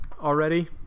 Already